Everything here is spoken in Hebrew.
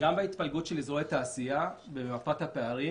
גם בהתפלגות של אזורי תעשייה במפת הפערים,